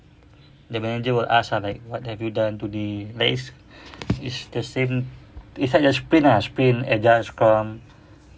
the manager will ask ah like what have you done today like it's it's the same it's like the sprint ah sprint adjust chrome